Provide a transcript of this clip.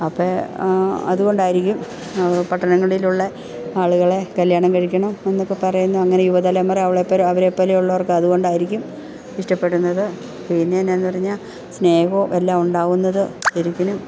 അപ്പം അതുകൊണ്ടായിരിക്കും പട്ടണങ്ങളിലുള്ള ആളുകളെ കല്യാണം കഴിക്കണം എന്നൊക്കെ പറയുന്നു അങ്ങനെ യുവതലമുറ അവളെ പോലെ അവരെപ്പോലെ ഉള്ളവർക്ക് അതുകൊണ്ടായിരിക്കും ഇഷ്ടപ്പെടുന്നത് പിന്നെ എന്താണെന്ന് പറഞ്ഞാൽ സ്നേഹവും എല്ലാം ഉണ്ടാവുന്നത് ശരിക്കും